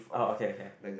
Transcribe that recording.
oh okay okay